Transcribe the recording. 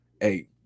hey